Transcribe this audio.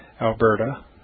Alberta